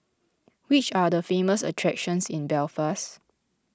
which are the famous attractions in Belfast